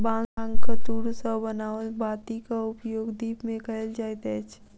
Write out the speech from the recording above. बांगक तूर सॅ बनाओल बातीक उपयोग दीप मे कयल जाइत अछि